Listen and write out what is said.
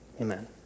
Amen